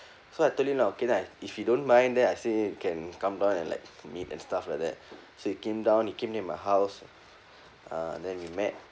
so I tell you now okay then I if you don't mind then I say you can come down and like meet and stuff like that so he came down he came to my house uh then we met